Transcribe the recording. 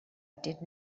did